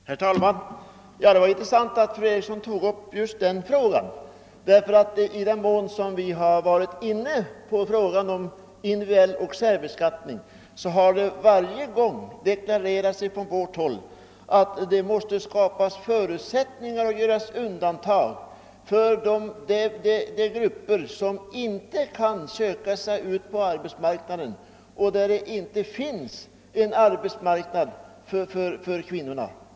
Herr talman! Det var intressant att fru Eriksson i Stockholm tog upp just denna fråga, ty i den mån centern varit inne på frågan om individuell beskattning och särbeskattning har vi från vårt håll varje gång klart deklarerat att det måste göras undantag för de grupper som inte vill och inte kan söka sig ut på arbetsmarknaden — där det inte finns en arbetsmarknad för kvinnorna.